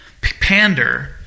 pander